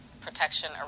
protection